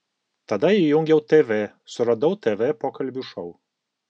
tada įjungiau tv suradau tv pokalbių šou